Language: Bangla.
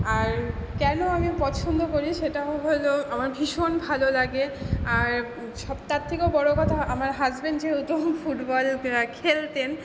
আর কেনো আমি পছন্দ করি সেটা হল আমার ভীষণ ভালো লাগে আর সব তার থেকেও বড়ো কথা আমার হাসব্যান্ড যেহেতু ফুটবল খেলতেন